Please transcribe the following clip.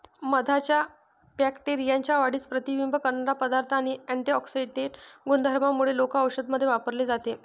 मधाच्या बॅक्टेरियाच्या वाढीस प्रतिबंध करणारा पदार्थ आणि अँटिऑक्सिडेंट गुणधर्मांमुळे लोक औषधांमध्ये वापरले जाते